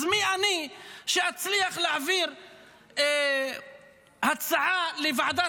אז מי אני שאצליח להעביר הצעה לוועדת